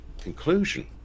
conclusion